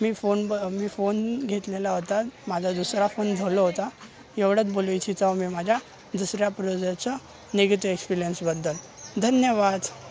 मी phone ब मी phone घेतलेला होता माझा दुसरा फोन झोलो होता एवढंच बोलू इच्छित आहे मी माझ्या दुसऱ्या प्रोडक्टचा नेगेटिव एक्सपीरियन्सबद्दल धन्यवाद